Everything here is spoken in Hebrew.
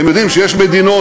אתם יודעים שיש מדינות,